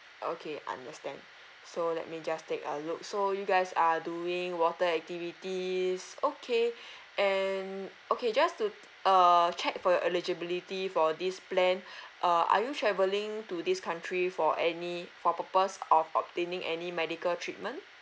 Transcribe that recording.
okay understand so let me just take a look so you guys are doing water activities okay and okay just to uh check for your eligibility for this plan uh are you travelling to this country for any for purpose of obtaining any medical treatment